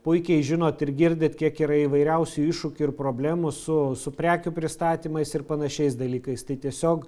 puikiai žinot ir girdit kiek yra įvairiausių iššūkių ir problemų su su prekių pristatymais ir panašiais dalykais tai tiesiog